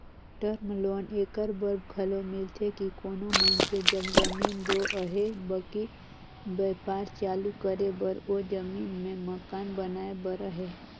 term loan एकर बर घलो मिलथे कि कोनो मइनसे जग जमीन दो अहे बकि बयपार चालू करे बर ओ जमीन में मकान बनाए बर अहे